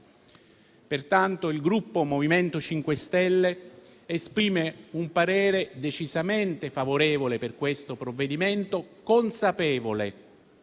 ragioni, il Gruppo MoVimento 5 Stelle esprime un voto decisamente favorevole su questo provvedimento, consapevole